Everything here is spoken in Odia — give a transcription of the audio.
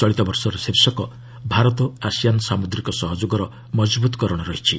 ଚଳିତ ବର୍ଷର ଶୀର୍ଷକ ଭାରତ ଆସିଆନ୍ ସାମୁଦ୍ରିକ ସହଯୋଗର ମଜବୁତ୍କରଣ ରହିଛି